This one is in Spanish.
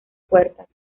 puertas